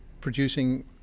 producing